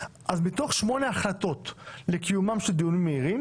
אז מתוך שמונה החלטות לקיומם של דיונים מהירים